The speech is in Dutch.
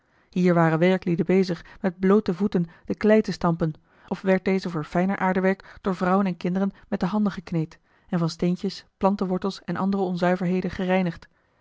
hier waren werklieden bezig met bloote voeten de klei te stampen of werd deze voor fijner aardewerk door vrouwen en kinderen met de handen gekneed en van steentjes plantenwortels en andere onzuiverheden gereinigd